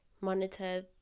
monitor